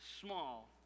small